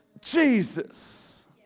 Jesus